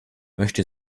möchte